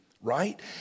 right